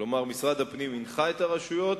כלומר, משרד הפנים הנחה את הרשויות,